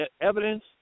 evidence